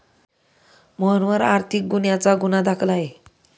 मोहनवर आर्थिक गुन्ह्याचा गुन्हा दाखल आहे